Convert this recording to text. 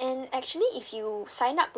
and actually if you sign up with